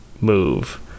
move